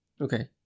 Okay